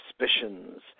suspicions